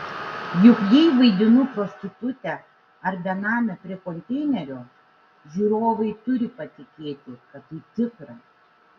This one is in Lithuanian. juk jei vaidinu prostitutę ar benamę prie konteinerio žiūrovai turi patikėti kad tai tikra